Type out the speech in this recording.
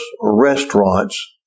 restaurants